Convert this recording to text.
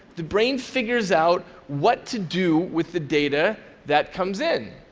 the brain figures out what to do with the data that comes in.